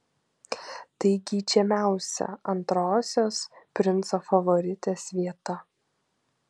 tai geidžiamiausia antrosios princo favoritės vieta